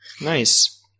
nice